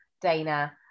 Dana